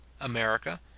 America